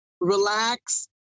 relax